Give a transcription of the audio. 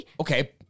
Okay